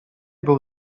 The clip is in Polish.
był